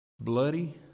Bloody